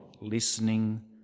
listening